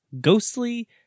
ghostly